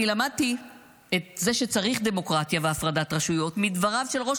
אני למדתי את זה שצריך דמוקרטיה והפרדת רשויות מדבריו של ראש